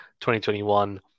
2021